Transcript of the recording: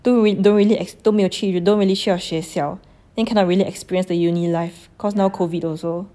dou~ real~ don't really ex~ 都么有去 you don't really 去到学校 then cannot really experience the uni life cause now COVID also